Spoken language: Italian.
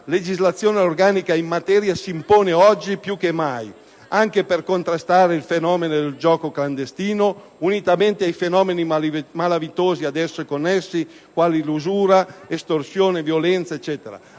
legislazione organica in materia si impone, oggi più che mai, anche per contrastare il fenomeno del gioco clandestino, unitamente ai fenomeni malavitosi ad esso connessi, quali usura, prostituzione, estorsione